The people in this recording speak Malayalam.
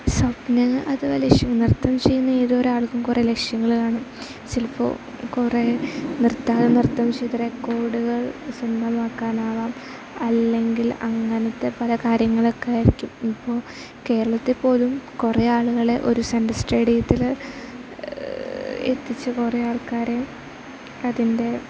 സ്വപ്നം അത് ലക്ഷ്യം നൃത്തം ചെയ്യുന്ന ഏതൊരാൾക്കും കുറേ ലക്ഷ്യങ്ങൾ കാണും ചിലപ്പോൾ കുറേ നിറുത്താതെ നൃത്തം ചെയ്തു റെക്കോഡുകൾ സ്വന്തമാക്കാനാവാം അല്ലെങ്കിൽ അങ്ങനത്തെ പല കാര്യങ്ങൾക്ക് ആയിരിക്കും ഇപ്പം കേരളത്തിൽ പോലും കുറേ ആളുകൾ ഒരു സെൻട്ര സ്റ്റേഡിയത്തിൽ എത്തിച്ചു കുറേ ആൾക്കാരെ അതിൻ്റെ